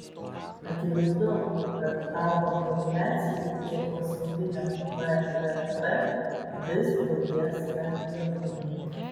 akivaizdu kad augant populiacijai ir pasauliniam bvp vis daugės atliekų